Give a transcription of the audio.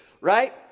right